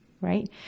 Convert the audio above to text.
Right